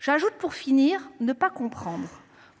J’ajoute, pour finir, que je ne comprends pas